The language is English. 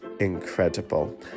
incredible